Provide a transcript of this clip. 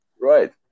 Right